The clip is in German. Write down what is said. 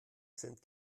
sind